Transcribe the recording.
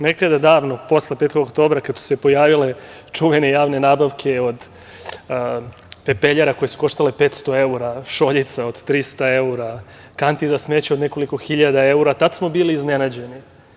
Nekada davno, posle 5. oktobra, kada su se pojavile čuvene javne nabavke od pepeljara koje su koštale 500 evra, šoljica od 300 evra, kanti za smeće od nekoliko hiljada evra, tada smo bili iznenađeni.